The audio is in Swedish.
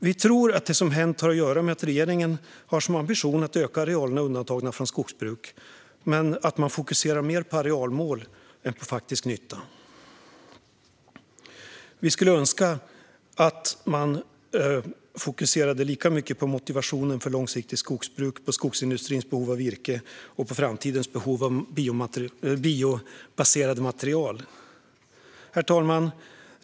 Vi tror att det som har hänt har att göra med att regeringen har som ambition att öka arealerna undantagna från skogsbruk. Men man fokuserar mer på arealmål än på faktisk nytta. Vi skulle önska att man fokuserade lika mycket på motivationen för långsiktigt skogsbruk, på skogsindustrins behov av virke och på framtidens behov av biobaserade material. Herr talman!